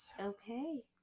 Okay